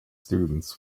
students